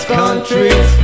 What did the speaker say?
countries